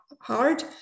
hard